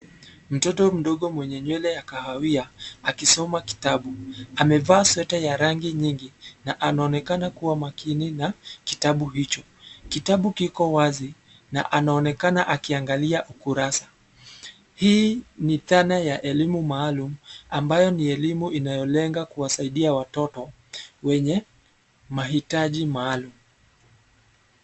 Mtoto mdogo mwenye nywele ya kahawia akisoma kitabu. Amevaa sweta ya rangi nyingi na anaonekana kuwa makini na kitabu hicho. Kitabu kiko wazi na anaonekana akiangalia kurasa. Hii ni dhana ya elimu maalum ambayo ni elimu inayolenga kuwasaidia watoto wenye mahitaji maalum.